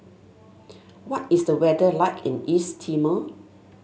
what is the weather like in East Timor